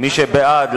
מי שבעד,